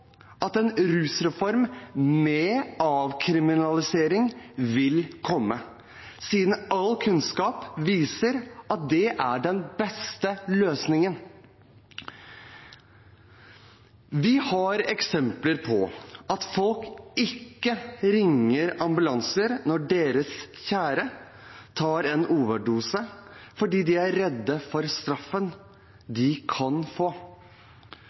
at en rusreform med avkriminalisering vil komme, siden all kunnskap viser at det er den beste løsningen. Vi har eksempler på at folk ikke ringer ambulanse når deres kjære tar en overdose, fordi de er redde for straffen de kan få.